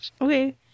Okay